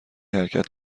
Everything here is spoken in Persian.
حرکت